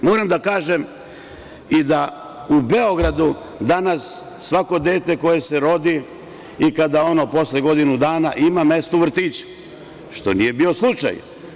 Moram da kažem da u Beogradu danas svako dete koje se rodi, posle godinu dana ima mesto u vrtiću, što nije bio slučaj.